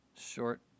short